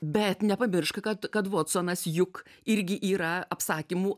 bet nepamiršk kad kad votsonas juk irgi yra apsakymų